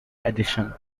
addition